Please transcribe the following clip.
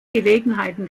gelegenheiten